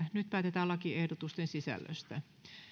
nyt päätetään lakiehdotusten sisällöstä